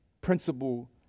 principle